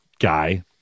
guy